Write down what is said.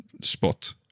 spot